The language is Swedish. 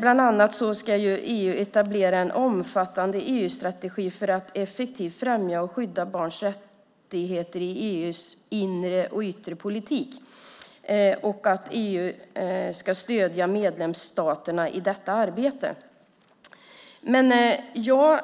Bland annat ska EU etablera en omfattande EU-strategi för att effektivt främja och skydda barns rättigheter i EU:s inre och yttre politik. EU ska stödja medlemsstaterna i detta arbete. Jag